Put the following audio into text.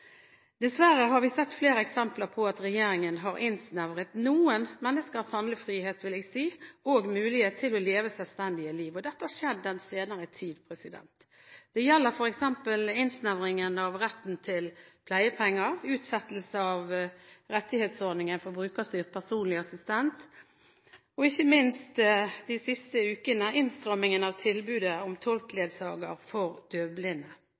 Dessverre har vi sett flere eksempler på at regjeringen har innsnevret noen menneskers handlefrihet – vil jeg si – og mulighet til å leve selvstendige liv. Dette har skjedd i den senere tid. Det gjelder f.eks. innsnevringen av retten til pleiepenger, utsettelse av rettighetsordningen for brukerstyrt personlig assistent og ikke minst – i de siste ukene – innstramming av tilbudet tolk/ledsager for døvblinde.